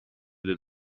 del